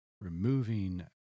removing